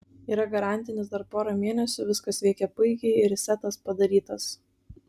yra garantinis dar pora mėnesių viskas veikia puikiai resetas padarytas